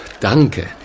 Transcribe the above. Danke